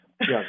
Yes